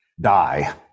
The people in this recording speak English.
die